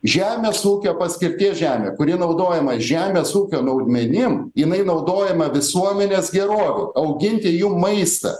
žemės ūkio paskirties žemė kuri naudojama žemės ūkio naudmenim jinai naudojama visuomenės gerovei auginti jum maistą